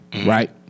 Right